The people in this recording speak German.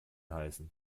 heißen